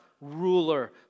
ruler